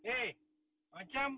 eh amacam